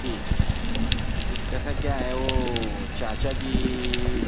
ٹھیک ہے ٹھیک ہے کہ کیسا کیا ہے وہ چاچا کی